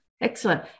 Excellent